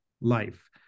life